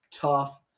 tough